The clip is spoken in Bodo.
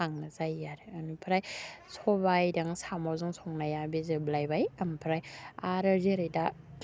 खांनो जायो आरो बेनिफ्राय सबाइजों साम'जों संनाया बे जोबलायबाय आमफ्राय आरो जेरै दा